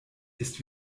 ist